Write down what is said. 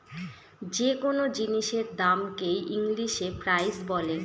যে কোনো জিনিসের দামকে হ ইংলিশে প্রাইস বলে